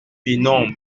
pénombre